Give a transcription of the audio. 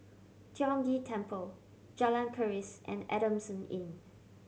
Tiong Ghee Temple Jalan Keris and Adamson Inn